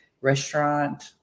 restaurant